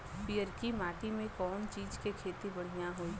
पियरकी माटी मे कउना चीज़ के खेती बढ़ियां होई?